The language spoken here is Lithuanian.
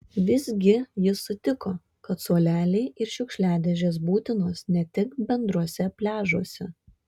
vis gi jis sutiko kad suoleliai ir šiukšliadėžės būtinos ne tik bendruose pliažuose